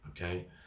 Okay